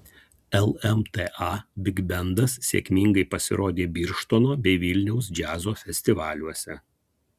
lmta bigbendas sėkmingai pasirodė birštono bei vilniaus džiazo festivaliuose